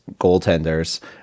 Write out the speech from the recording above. goaltenders